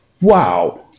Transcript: wow